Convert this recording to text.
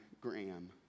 Graham